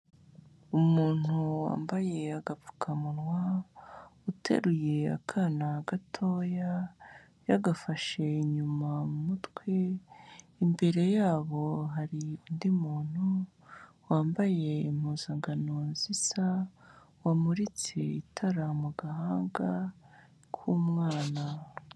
Umuntu wambaye agapfukamunwa, uteruye akana gatoya, yagafashe inyuma mu mutwe, imbere yabo hari undi muntu wambaye impuzankano zisa, wamuritse itara mu gahanga k'umwana.